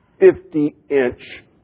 50-inch